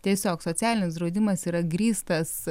tiesiog socialinis draudimas yra grįstas